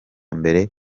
mbere